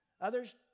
Others